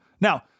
Now